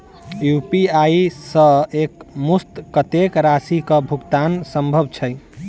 UPI सऽ एक मुस्त कत्तेक राशि कऽ भुगतान सम्भव छई?